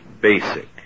basic